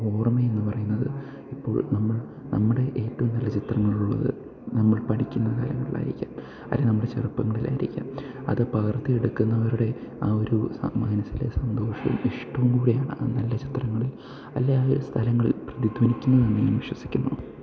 ഓർമ്മയെന്ന് പറയുന്നത് ഇപ്പോൾ നമ്മൾ നമ്മുടെ ഏറ്റവും നല്ല ചിത്രങ്ങളുള്ളത് നമ്മൾ പഠിക്കുന്ന കാലങ്ങളിലായിരിക്കാം അല്ലേ നമ്മുടെ ചെറുപ്പങ്ങളിലായിരിക്കാം അത് പകർത്തിയെടുക്കുന്നവരുടെ ആ ഒരു സ മനസ്സിലെ സന്തോഷവും ഇഷ്ടവും കൂടിയാണ് ആ നല്ല ചിത്രങ്ങളിൽ അല്ലേ ആ സ്ഥലങ്ങളിൽ പ്രതിധ്വനിക്കുന്നതെന്ന് ഞാൻ വിശ്വസിക്കുന്നു